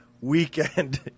weekend